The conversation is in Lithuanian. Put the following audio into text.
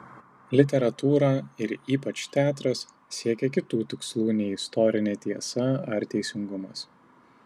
literatūra ir ypač teatras siekia kitų tikslų nei istorinė tiesa ar teisingumas